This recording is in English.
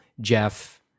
Jeff